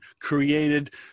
created